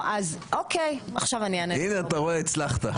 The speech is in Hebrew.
אוקיי, עכשיו --- הינה, אתה רואה, הצלחת.